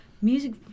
Music